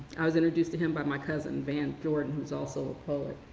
i was introduced to him by my cousin, van jordan, who's also a poet.